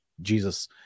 Jesus